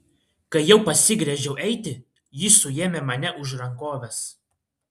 kai jau pasigręžiau eiti ji suėmė mane už rankovės